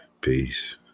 Peace